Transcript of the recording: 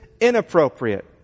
inappropriate